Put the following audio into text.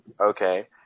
Okay